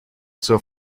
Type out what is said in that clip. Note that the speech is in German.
zur